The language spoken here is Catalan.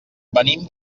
venim